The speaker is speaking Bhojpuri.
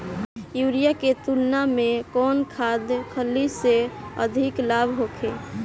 यूरिया के तुलना में कौन खाध खल्ली से अधिक लाभ होखे?